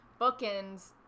bookends